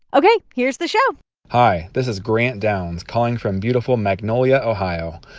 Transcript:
ok, here's the show hi. this is grant downs calling from beautiful magnolia, ohio,